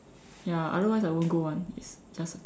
[ya otherwise I won't go [one] it's just a camp